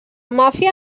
màfia